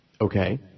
Okay